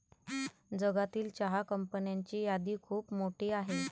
जगातील चहा कंपन्यांची यादी खूप मोठी आहे